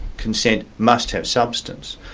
consent must have substance,